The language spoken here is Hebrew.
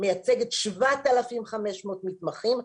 מייצגת 7,500 מתמחים.